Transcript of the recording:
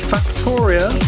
Factoria